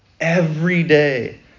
everyday